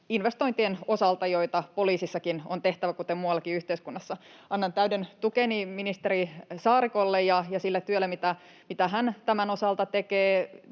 investointien osalta, joita poliisissakin on tehtävä, kuten muuallakin yhteiskunnassa. Annan täyden tukeni ministeri Saarikolle ja sille työlle, mitä hän tämän osalta tekee.